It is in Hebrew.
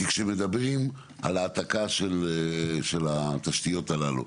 כשמדברים על העתקה של התשתיות הללו,